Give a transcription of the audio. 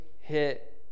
hit